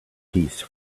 piece